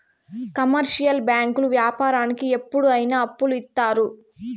commercial బ్యాంకులు వ్యాపారానికి ఎప్పుడు అయిన అప్పులు ఇత్తారు